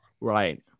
Right